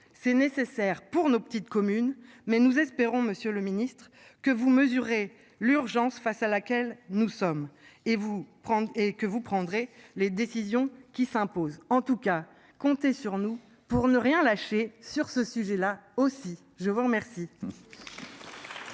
C'est nécessaire pour nos petites communes mais nous espérons Monsieur le Ministre que vous mesurez l'urgence face à laquelle nous sommes et vous prendre et que vous prendrez les décisions qui s'imposent. En tout cas compter sur nous pour ne rien lâcher sur ce sujet là aussi je vous remercie.